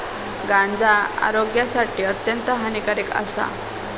गांजा आरोग्यासाठी अत्यंत हानिकारक आसा